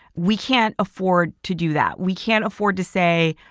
we can't afford to do that. we can't afford to say,